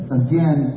again